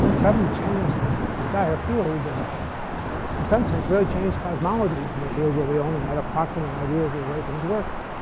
suddenly changed the entire field, and in some sense really change cosmology for the field. where we only had approximate ideas of the way things worked,